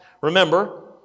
Remember